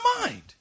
mind